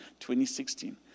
2016